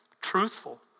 Truthful